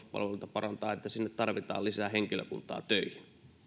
parantaa että sinne tarvitaan lisää henkilökuntaa töihin